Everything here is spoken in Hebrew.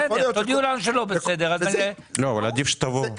תודיעו לנו שלא בסדר, אז לא, אבל עדיף שתבואו.